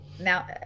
now